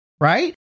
right